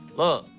look,